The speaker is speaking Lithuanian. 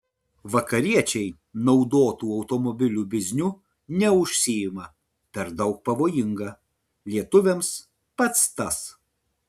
vakariečiai naudotų automobilių bizniu neužsiima per daug pavojinga lietuviams pats tas